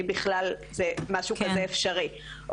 אם בכלל משהו כזה אפשרי.